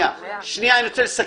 אני רוצה לסכם.